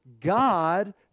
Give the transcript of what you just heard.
God